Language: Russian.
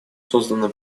создана